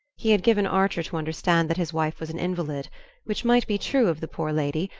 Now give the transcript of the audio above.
he had given archer to understand that his wife was an invalid which might be true of the poor lady,